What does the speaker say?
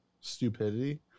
Stupidity